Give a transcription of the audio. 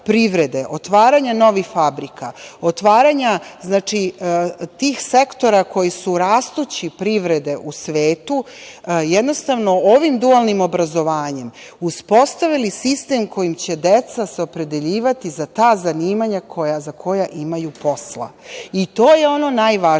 otvaranja novih fabrika, otvaranja tih sektora koji su rastući privrede u svetu jednostavno ovim dualnim obrazovanjem uspostavili sistem kojim će deca se opredeljivati za ta zanimanja za koja imaju posla. To je ono najvažnije